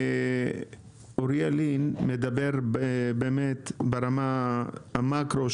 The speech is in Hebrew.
אוריאל לין מדבר ברמת המאקרו,